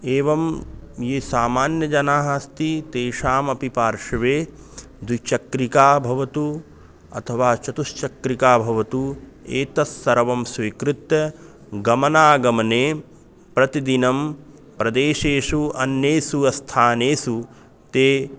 एवं ये सामान्यजनाः अस्ति तेषामपि पार्श्वे द्विचक्रिका भवतु अथवा चतुश्चक्रिका भवतु एतत् सर्वं स्वीकृत्य गमनागमने प्रतिदिनं प्रदेशेषु अन्येषु स्थानेषु ते